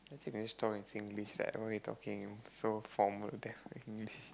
actually you can just talk in Singlish like why you talking in so formal the English